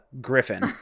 Griffin